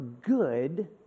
good